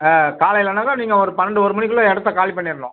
ஆ காலைலனாக்க நீங்கள் ஒரு பன்னெண்டு ஒரு மணிக்குள்ளே இடத்த காலி பண்ணிடணும்